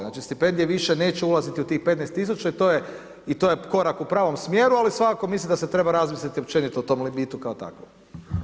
Znači, stipendije više neće ulaziti u tih 15 tisuća i to je korak u pravom smjeru, ali svakako mislim da se treba razmisliti općeniti o tom limitu kao takvom.